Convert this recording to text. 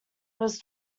was